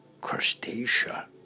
crustacea